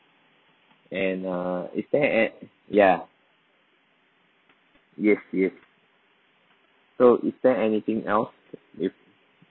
and uh is there an~ ya yes yes so is there anything else if